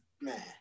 man